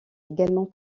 également